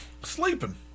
Sleeping